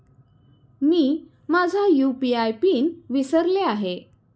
मी माझा UPI PIN विसरले आहे